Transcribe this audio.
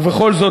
ובכל זאת,